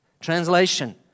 Translation